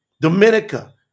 Dominica